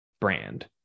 brand